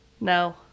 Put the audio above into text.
no